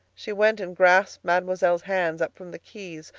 she went and grasped mademoiselle's hands up from the keys.